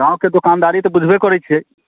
गाँवके दोकानदारी तऽ बुझबे करैत छियै